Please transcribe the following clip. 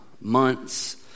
months